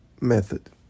Method